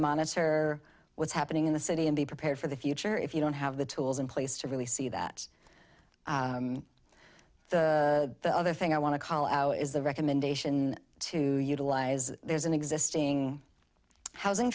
monitor what's happening in the city and be prepared for the future if you don't have the tools in place to really see that the other thing i want to call out is the recommendation to utilize there's an existing housing